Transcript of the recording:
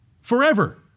forever